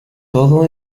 todo